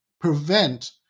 prevent